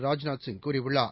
ராஜ்நாத் சிங் கூறியுள்ளார்